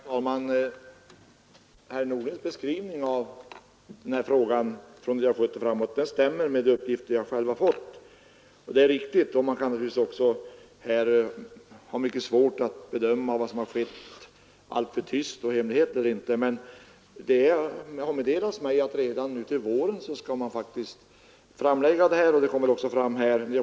Herr talman! Herr Norlings beskrivning av den här frågans handläggning från 1970 och framåt stämmer överens med de uppgifter jag själv har fått. Man kan naturligtvis ha svårt att bedöma vad som har skett alltför tyst, i hemlighet eller inte, men det har meddelats mig att redan till våren skall någonting hända, och det framgår också nu.